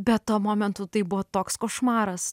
bet tuo momentu tai buvo toks košmaras